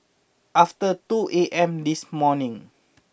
after two A M this morning